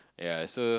yea so